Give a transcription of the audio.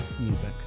music